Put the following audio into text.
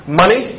money